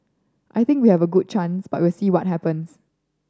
I think we have a good chance but we'll see what happens